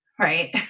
right